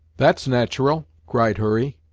that's nat'ral! cried hurry.